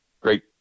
great